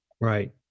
Right